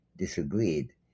disagreed